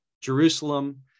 Jerusalem